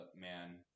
man